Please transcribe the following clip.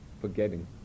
forgetting